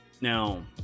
now